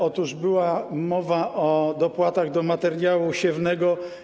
Otóż była mowa o dopłatach do materiału siewnego.